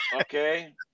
Okay